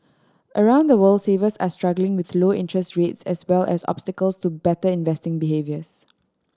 around the world savers are struggling with low interest rates as well as obstacles to better investing behaviours